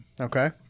Okay